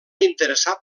interessar